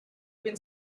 been